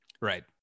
Right